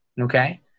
Okay